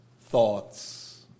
thoughts